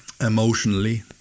emotionally